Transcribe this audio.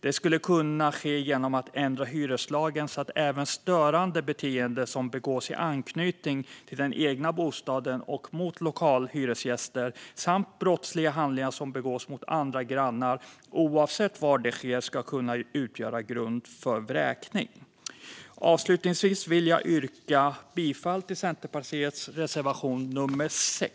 Det skulle kunna ske genom att man ändrade hyreslagen så att även störande beteende i anknytning till den egna bostaden och mot lokalhyresgäster, samt brottsliga handlingar som begås mot andra grannar oavsett var detta sker, ska kunna utgöra grund för vräkning. Avslutningsvis vill jag yrka bifall till Centerpartiets reservation nummer 6.